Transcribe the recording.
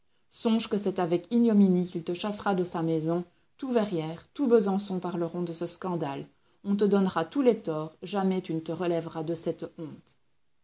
songe que c'est avec ignominie qu'il te chassera de sa maison tout verrières tout besançon parleront de ce scandale on te donnera tous les torts jamais tu ne te relèveras de cette honte